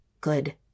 good